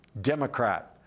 Democrat